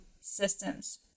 systems